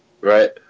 right